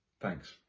Thanks